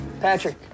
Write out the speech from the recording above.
Patrick